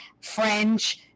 French